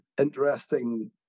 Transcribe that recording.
interesting